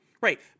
Right